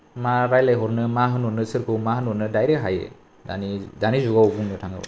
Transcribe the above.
मा रायज्लायहरनो मा होनहरनो सोरखौ मा होनहरनो डाइरेक्ट हायो दानि जुगाव बुंनो थाङोब्ला